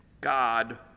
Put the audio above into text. God